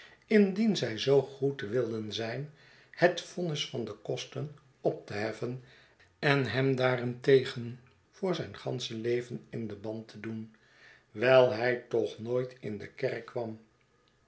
indien zij zoo goed wilden ztjn het vonnis van de kosten op te heffen en hem daarentegen voor ztjn gansche leven in den ban te doen wijl hij toch nooit in de kerk kwam